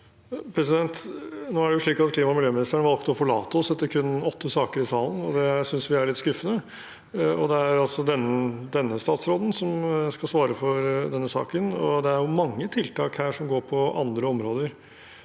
Nå er det slik at kli- ma- og miljøministeren valgte å forlate oss etter kun åtte saker i salen, og det synes vi er litt skuffende. Det er altså denne statsråden som skal svare for denne saken. Det er mange aktuelle tiltak her som går på andre om råder